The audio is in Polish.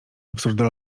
absurdo